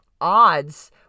odds